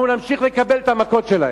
אנחנו נמשיך לקבל את המכות שלהם.